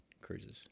cruises